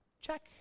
Check